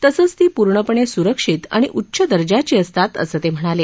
तसंच ती पूर्णपणे सुरक्षित आणि उच्च दर्जाची असतात असं ते म्हणाले